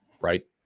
right